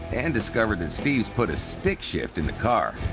and discovered that steve's put a stick shift in the car.